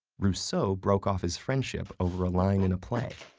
rousseau broke off his friendship over a line in a play.